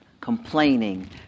complaining